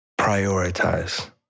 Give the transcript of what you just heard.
prioritize